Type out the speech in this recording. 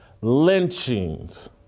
lynchings